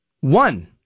One